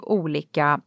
olika